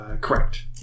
correct